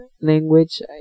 language